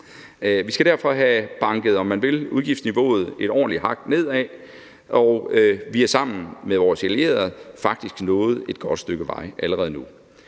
Vi skal derfor have banket – om man vil – udgiftsniveauet et ordentligt hak nedad, og vi er sammen med vores allierede faktisk nået et godt stykke vej allerede nu.